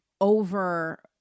over